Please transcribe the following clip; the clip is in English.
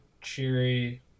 cheery